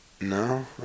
No